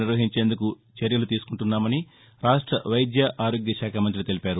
నిర్వహించేందుకు చర్యలు తీసుకుంటున్నామని రాష్ట వైద్య ఆరోగ్యశాఖ మంత్రి తెలిపారు